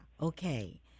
Okay